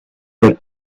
per